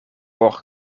por